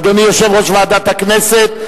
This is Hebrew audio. אדוני יושב-ראש ועדת הכנסת,